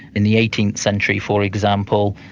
in the eighteenth century, for example,